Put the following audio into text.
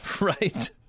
Right